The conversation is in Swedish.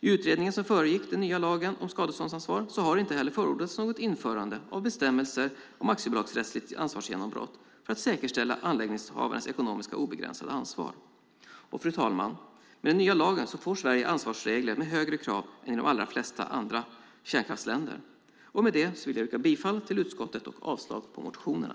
I utredningen som föregick den nya lagen om skadeståndsansvar har det inte heller förordats något införande av bestämmelser om aktiebolagsrättsligt ansvarsgenombrott för att säkerställa anläggningshavarens ekonomiskt obegränsade ansvar. Fru talman! Med den nya lagen får Sverige ansvarsregler med högre krav än i de allra flesta andra kärnkraftsländer. Med det vill jag yrka bifall till utskottets förslag och avslag på motionerna.